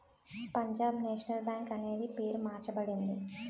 Punjab National Bank అన్నది పేరు మార్చబడింది